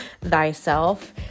thyself